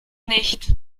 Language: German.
nicht